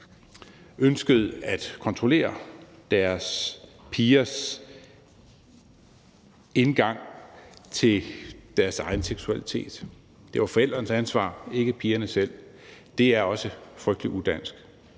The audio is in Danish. ønskede at kontrollere deres pigers indgang til pigernes egen seksualitet. Det var forældrenes ansvar – ikke pigernes eget. Det er også frygtelig udansk.